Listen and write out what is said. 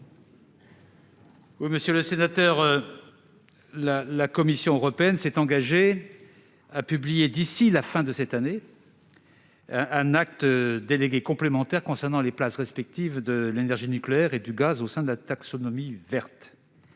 Monsieur le sénateur, la Commission européenne s'est engagée à publier, d'ici à la fin de cette année, un acte délégué complémentaire concernant les places respectives de l'énergie nucléaire et du gaz au sein de la taxonomie verte.